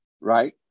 Right